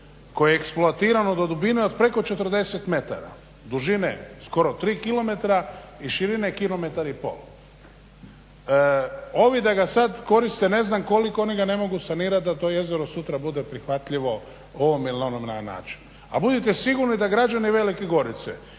to je jezero Čiče do dubine od preko 40 metara, dužine skoro 3 kilometra i širine 1,5 kilometar. Ovi da ga sad koriste, ne znam koliko oni ga ne mogu sanirati da to jezero sutra bude prihvatljivo ovom ili onom na način. A budite sigurni da građani Velike Gorice